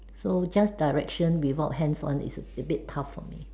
so just direction without hands on is a bit tough for me